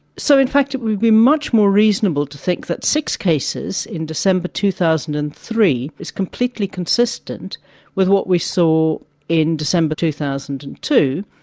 so in fact it would be much more reasonable to think that six cases in december two thousand and three is completely consistent with what we saw in december two thousand and two,